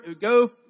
go